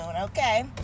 okay